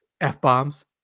F-bombs